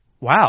Wow